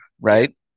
right